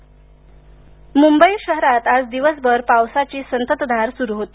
पाऊस मुबई मुंबई शहरात आज दिवसभर पावसाची संततधार सुरू होती